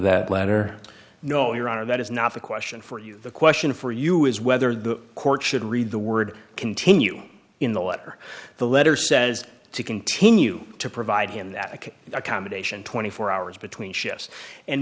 that letter no your honor that is not a question for you the question for you is whether the court should read the word continue in the letter the letter says to continue to provide him that accommodation twenty four hours between shifts and